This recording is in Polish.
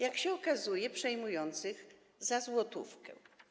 Jak się okazuje, przejmujących je za złotówkę.